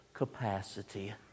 Capacity